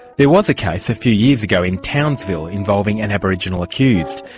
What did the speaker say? there was a case a few years ago in townsville involving an aboriginal accused.